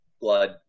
Blood